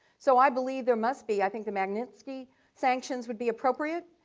so i believe there must be i think the magnitsky sanctions would be appropriate,